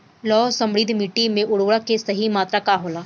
लौह समृद्ध मिट्टी में उर्वरक के सही मात्रा का होला?